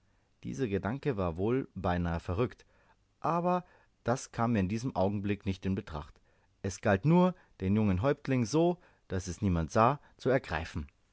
dieser gedanke war wohl beinahe verrückt aber das kam in diesem augenblicke nicht in betracht es galt nur den jungen häuptling so daß es niemand sah zu ergreifen